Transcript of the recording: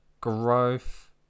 growth